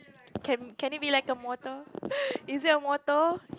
can can it be like a mortal is that a motto